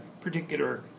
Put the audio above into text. particular